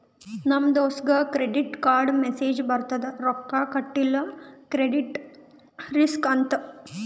ನಮ್ ದೋಸ್ತಗ್ ಕ್ರೆಡಿಟ್ ಕಾರ್ಡ್ಗ ಮೆಸ್ಸೇಜ್ ಬರ್ತುದ್ ರೊಕ್ಕಾ ಕಟಿಲ್ಲ ಕ್ರೆಡಿಟ್ ರಿಸ್ಕ್ ಅಂತ್